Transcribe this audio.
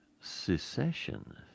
secession